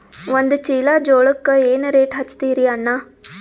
ಒಂದ ಚೀಲಾ ಜೋಳಕ್ಕ ಏನ ರೇಟ್ ಹಚ್ಚತೀರಿ ಅಣ್ಣಾ?